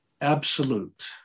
absolute